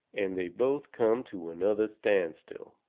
and they both come to another standstill.